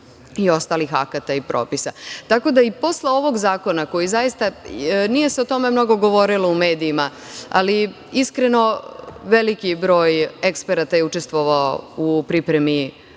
i ostalih akata i propisa. Tako da, i posle ovog zakona, a nije se o tome mnogo govorilo u medijima, ali, iskreno, veliki broj eksperata je učestvovao u pripremi